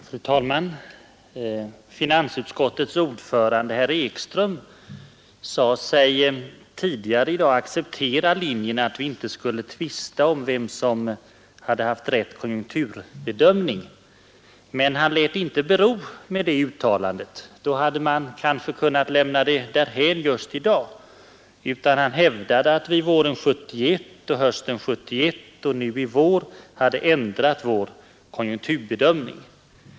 Onsdagen den Fru talman! Finansutskottets ordförande, herr Ekström, sade sig 13 december 1972 tidigare i dag acceptera att vi inte skulle tvista om vem som hade haft rätt konjunkturbedömning. Men han lät det inte bero med det uttalandet — då hade man kanske kunnat lämna frågan därhän — utan han hävdade att vi inom oppositionen våren 1971, hösten 1971 och våren 1972 hade ändrat vår bedömning.